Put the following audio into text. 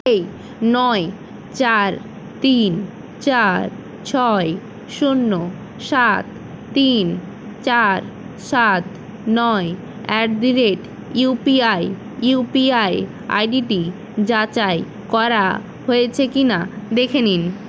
এই নয় চার তিন চার ছয় শূন্য সাত তিন চার সাত নয় at the rate UPI UPI I D যাচাই করা হয়েছে কি না দেখে নিন